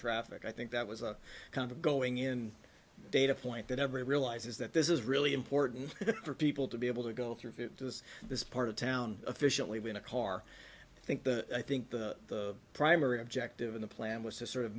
traffic i think that was a kind of going in data point that every realizes that this is really important for people to be able to go through if it was this part of town efficiently when a car think the i think the primary objective in the plan was to sort of